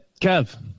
Kev